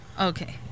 Okay